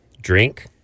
Drink